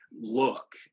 look